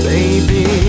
Baby